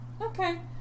Okay